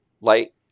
light